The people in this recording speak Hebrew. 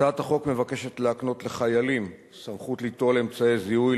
הצעת החוק מבקשת להקנות לחיילים סמכות ליטול אמצעי זיהוי,